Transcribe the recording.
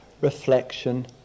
reflection